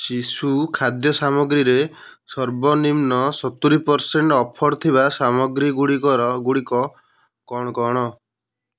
ଶିଶୁ ଖାଦ୍ୟ ସାମଗ୍ରୀରେ ସର୍ବନିମ୍ନ ସତୁରୀ ପରସେଣ୍ଟ୍ ଅଫର୍ ଥିବା ସାମଗ୍ରୀଗୁଡ଼ିକର ଗୁଡ଼ିକ କ'ଣ କ'ଣ